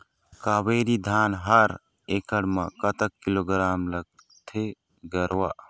कावेरी धान हर एकड़ म कतक किलोग्राम लगाथें गरवा?